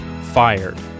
Fired